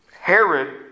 Herod